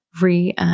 re